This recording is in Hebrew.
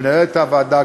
למנהלת הוועדה,